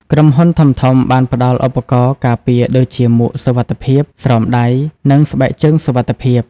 ក្រុមហ៊ុនធំៗបានផ្តល់ឧបករណ៍ការពារដូចជាមួកសុវត្ថិភាព ស្រោមដៃ និងស្បែកជើងសុវត្ថិភាព។